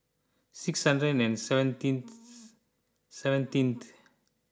six hundred and seventeenth seventeenth